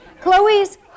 Chloe's